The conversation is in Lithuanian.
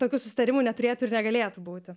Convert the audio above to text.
tokių susitarimų neturėtų ir negalėtų būti